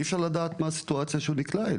אי אפשר לדעת לאיזה סיטואציה הוא ייקלע,